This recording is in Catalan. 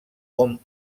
hom